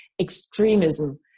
extremism